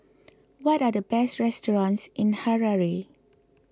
what are the best restaurants in Harare